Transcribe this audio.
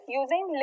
using